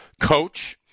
coach